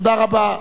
תודה רבה.